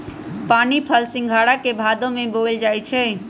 पानीफल सिंघारा के भादो में बोयल जाई छै